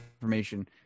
information